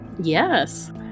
Yes